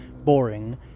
boring